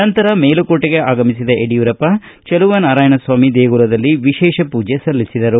ನಂತರ ಮೇಲುಕೋಟೆಗೆ ಆಗಮಿಸಿದ ಯಡಿಯೂರಪ್ಪ ಚಲುವ ನಾರಾಯಣಸ್ವಾಮಿ ದೇಗುಲದಲ್ಲಿ ವಿಶೇಷ ಪೂಜೆ ಸಲ್ಲಿಸಿದರು